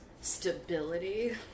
Stability